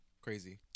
Crazy